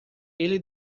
ele